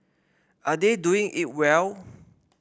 are they doing it well